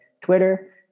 Twitter